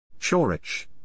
Chorich